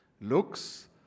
Looks